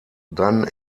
dann